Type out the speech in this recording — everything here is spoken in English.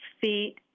feet